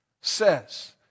says